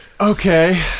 Okay